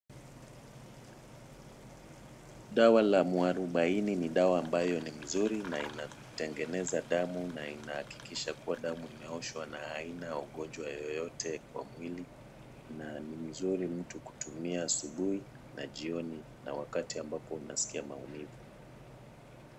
Dawa la mwarubaini ni dawa ambayo ni mzuri sana na inatengeneza damu na anahakikisha kuwa damu imeoshwa na aina ya ugonjwa yoyote kwa mwili na ni mzuri mtu kutumia asubuhi na jioni na wakati ambapo unasikia maumivu.